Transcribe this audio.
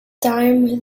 time